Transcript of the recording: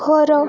ଘର